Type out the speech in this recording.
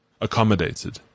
accommodated